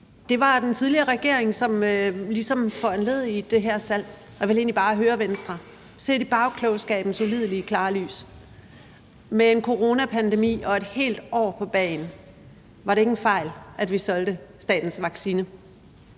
Det var den tidligere regering, som ligesom foranledigede det her salg, og jeg vil egentlig bare høre Venstre, om det set i bagklogskabens ulidelig klare lys med en coronapandemi og et helt år på bagen ikke var en fejl, at vi solgte statens